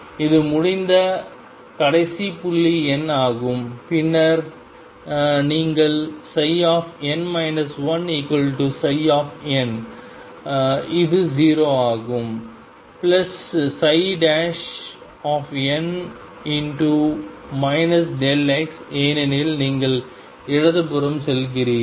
இது முடிந்த கடைசி புள்ளி N ஆகும் பின்னர் நீங்கள் N 1ψ இது 0 ஆகும் N ஏனெனில் நீங்கள் இடதுபுறம் செல்கிறீர்கள்